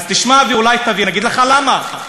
אז תשמע ואולי תבין, אגיד לך למה.